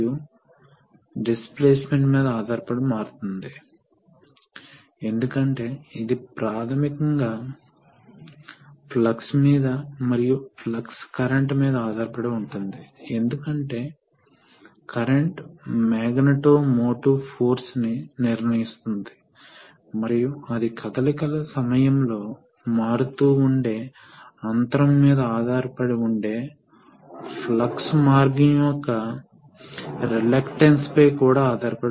కాబట్టి ఈ valve vent చేయవలసి వస్తే పైలట్ ప్రెజర్ ఈ స్థాయిని దాటాలి లేకపోతే అవి ప్రవాహం కావు కాబట్టి ఈ పూర్తి పంపు ప్రెషర్ ని హైడ్రాలిక్ సిలిండర్కు అన్వయించి ఎడమ వైపుకు వెళ్లడం ప్రారంభించవచ్చు అది ఎడమ వైపుకు వెళ్ళడం ప్రారంభించిన క్షణం ఈ కామ్విడుదల అవుతుంది మరియు కామ్ విడుదలైనప్పుడు అది దిగువ స్థానానికి మారుతుంది మరియు మళ్ళీ ఈ వాల్వ్ యొక్క వెంట్ పోర్ట్ ప్లగ్ చేయబడుతుంది మరియు ఈ సైకిల్ పునరావృతమవుతుంది